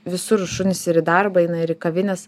visur šunys ir į darbą eina ir į kavines